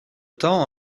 temps